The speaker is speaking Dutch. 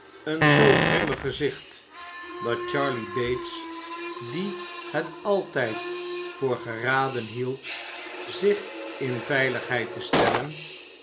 een zoo grimmig gezicht dat charley bates die het altijd voor geraden hield zich in veiligheid te stellen